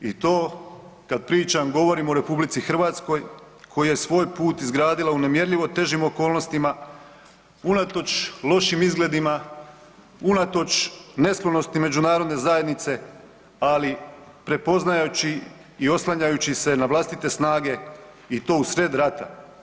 I to kad pričam govorim o RH koja je svoj put izgradila u nemjerljivo težim okolnostima unatoč lošim izgledima, unatoč nesklonosti Međunarodne zajednice, ali prepoznajući i oslanjajući se na vlastite snage i to usred rata.